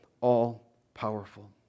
all-powerful